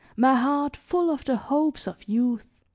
my heart full of the hopes of youth.